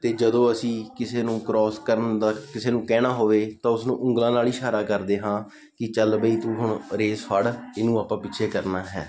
ਅਤੇ ਜਦੋਂ ਅਸੀਂ ਕਿਸੇ ਨੂੰ ਕਰੋਸ ਕਰਨ ਦਾ ਕਿਸੇ ਨੂੰ ਕਹਿਣਾ ਹੋਵੇ ਤਾਂ ਉਸਨੂੰ ਉਂਗਲਾਂ ਨਾਲ ਹੀ ਇਸ਼ਾਰਾ ਕਰਦੇ ਹਾਂ ਕਿ ਚੱਲ ਬਈ ਤੂੰ ਹੁਣ ਰੇਸ ਫੜ ਇਹਨੂੰ ਆਪਾਂ ਪਿੱਛੇ ਕਰਨਾ ਹੈ